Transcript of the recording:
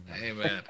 Amen